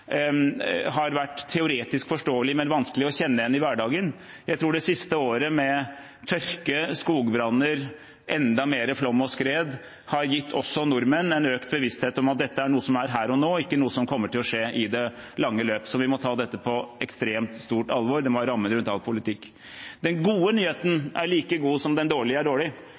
har vært teoretisk forståelig, men vanskelig å kjenne igjen i hverdagen. Jeg tror det siste året, med tørke, skogbranner, enda mer flom og skred, har gitt også nordmenn en økt bevissthet om at dette er noe som er her og nå, ikke noe som kommer til å skje i det lange løp. Så vi må ta dette på ekstremt stort alvor. Det må være rammen rundt all politikk. Den gode nyheten er like god som den dårlige er dårlig,